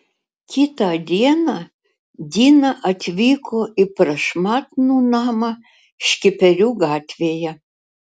kitą dieną dina atvyko į prašmatnų namą škiperių gatvėje